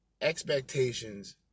Expectations